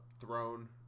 throne